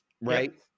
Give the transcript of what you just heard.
right